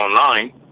online